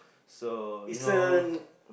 so you know